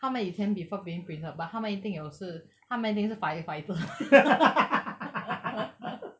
他们以前 before being principal 他们一定有事他们一定是 firefighter